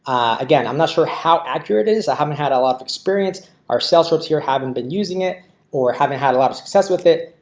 again, i'm not sure how accurate is i haven't had a lot of experience our sales reps here. haven't been using it or haven't had a lot of success with it.